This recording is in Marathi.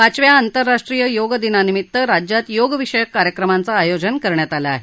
पाचव्या आंतरराष्ट्रीय योग दिनानिमित्त राज्यात योगविषयक कार्यक्रमांचं आयोजन करण्यात आलं आहे